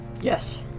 Yes